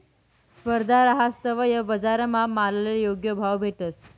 स्पर्धा रहास तवय बजारमा मालले योग्य भाव भेटस